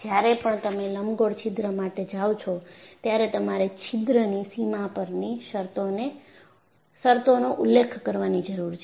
જયારે પણ તમે લંબગોળ છિદ્ર માટે જાઓ છો ત્યારે તમારે છિદ્રની સીમા પરની શરતોનો ઉલ્લેખ કરવાની જરૂર છે